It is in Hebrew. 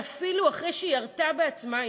ואפילו אחרי שהיא ירתה בעצמה,